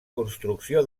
construcció